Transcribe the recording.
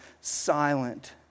silent